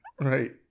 Right